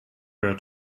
her